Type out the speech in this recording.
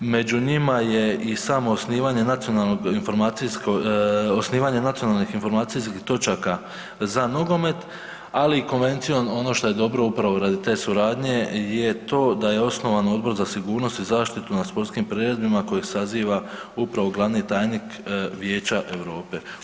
Među njima je i samo osnivanje nacionalnog informacijskog, osnivanje nacionalnih informacijskih točaka za nogomet, ali i konvencijom ono što je dobro upravo radi te suradnje je to da je osnovan Odbor za sigurnost i zaštitu na sportskim priredbama kojeg saziva upravo glavni tajnik Vijeća Europa.